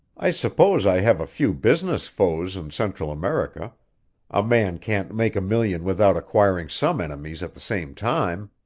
i suppose i have a few business foes in central america a man can't make a million without acquiring some enemies at the same time.